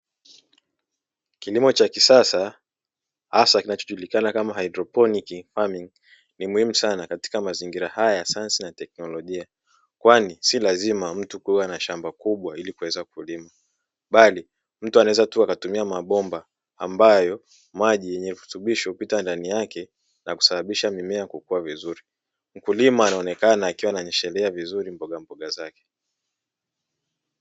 Kilimo cha kisasa hasa kinachojulikana kama "haidroponiki famingi" ni muhimu sana katika mazingira haya ya sasa kwani sio lazima mtu kuwa na shamba kubwa bali mtu anaweza akatumia mabomba ambayo maji yenye virutubisho hupita ndani yake na kusababisha mimea kukua vizuri. Mkulima anaonekana akiwa ananyeshelea vizuri mbogamboga zake.